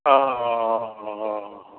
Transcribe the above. हाँ हाँ हाँ हाँ हाँ हाँ हाँ